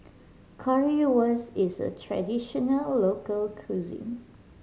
currywurst is a traditional local cuisine